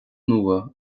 nua